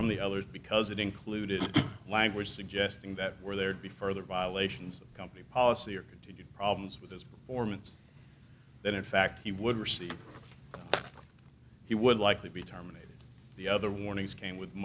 from the others because it included language suggesting that were there to be further violations of company policy or did you problems with his performance that in fact he would receive he would likely be termed the other warnings came with